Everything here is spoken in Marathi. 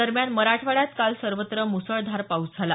दरम्यान मराठवाड्यात काल सर्वत्र मुसळधर पाऊस झाला